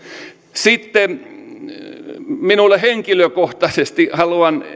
sitten minä henkilökohtaisesti haluan